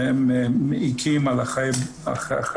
והם מעיקים על חיי המשפחה,